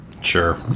Sure